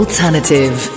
Alternative